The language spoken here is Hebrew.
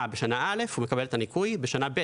בשנה א' הוא מקבל את הניכוי בשנה ב'.